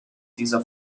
dieser